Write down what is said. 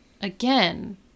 again